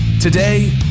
today